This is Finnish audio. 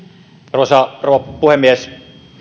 arvoisa rouva puhemies